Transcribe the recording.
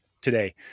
today